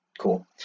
cool